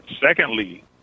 Secondly